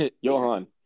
Johan